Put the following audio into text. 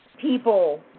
people